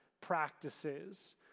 practices